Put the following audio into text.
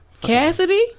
Cassidy